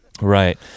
Right